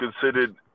considered